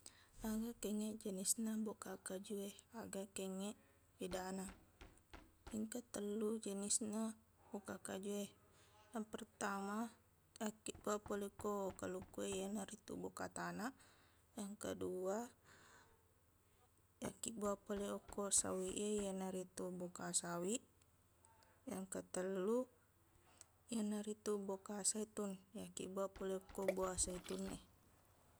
Aga kengngeq jenisna bokaq kajuwe aga kengngeq bedana engka tellu jenisna bokaq kajuwe yang pertama akkibbuaq pole ko kaluku e iyanaritu bokaq tanaq yang kedua yakkibbuaq pole okko sawiq e iyanaritu bokaq sawiq yang ketellu iyanaritu bokaq zaitun yakkibbuaq pole okko buah zaitun e